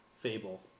Fable